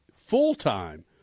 full-time